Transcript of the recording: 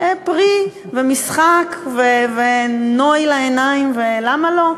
פרי ומשחק ונוי לעיניים, ומה לא?